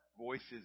voices